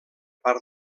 part